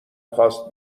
خواست